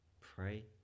pray